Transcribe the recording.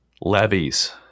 levies